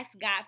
God